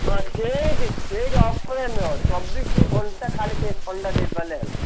ସେ ନୁହଁ ଚବିଶି ଘଣ୍ଟା ଖାଲି ସେ ଥଣ୍ଡା ଦେଇପାରିଲେ ହେଲା